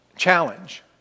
challenge